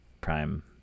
Prime